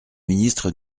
ministre